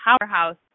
powerhouse